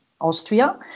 Austria